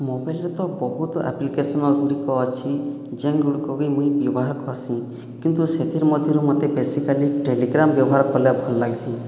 ମୋବାଇଲରେ ତ ବହୁତ ଆପ୍ଲିକେଶନ ଗୁଡ଼ିକ ଅଛି ଯେନ୍ ଗୁଡ଼ିକକି ମୁଇଁ ବ୍ୟବହାର କରସିଁ କିନ୍ତୁ ସେଥିର୍ ମଧ୍ୟରୁ ମୋତେ ବେସିକାଲି ଟେଲିଗ୍ରାମ ବ୍ୟବହାର କରିଲେ ଭଲ୍ ଲାଗ୍ସି